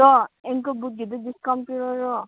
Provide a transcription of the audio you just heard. ꯑꯗꯣ ꯑꯦꯡꯀꯜ ꯕꯨꯠꯀꯤꯗꯣ ꯗꯤꯁꯀꯥꯎꯟ ꯄꯤꯔꯣꯏꯗ꯭ꯔꯣ